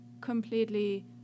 completely